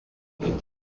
est